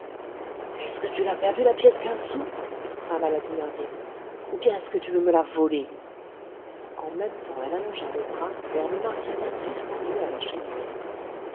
est-ce que tu l'as perdue la pièce quinze sous râla la thénardier ou bien est-ce que tu veux me la voler en même temps elle allongea le bras vers le martinet suspendu à la cheminée